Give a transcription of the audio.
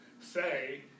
say